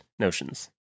notions